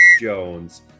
Jones